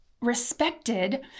respected